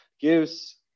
gives